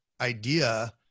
idea